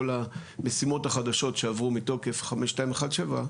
כל המשימות החדשות שעברו מתוקף 5217,